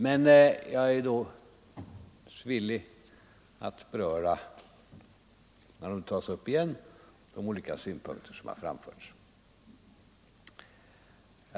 Men jag är naturligtvis villig att, när de nu tagits upp igen, beröra de olika synpunkter som framförts.